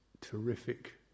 terrific